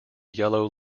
yellow